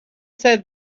said